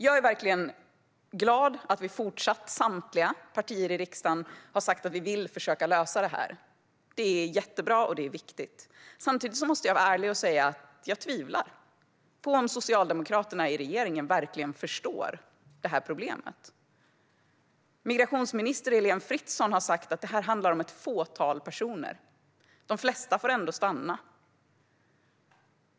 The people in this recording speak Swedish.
Jag är verkligen glad över att samtliga partier i riksdagen har sagt sig vilja lösa detta. Det är jättebra och viktigt. Samtidigt måste jag vara ärlig om att jag tvivlar på att socialdemokraterna i regeringen verkligen förstår det här problemet. Migrationsminister Heléne Fritzon har sagt att det handlar om ett fåtal personer och att de flesta ändå får stanna.